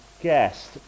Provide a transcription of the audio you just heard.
guest